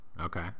Okay